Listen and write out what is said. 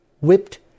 whipped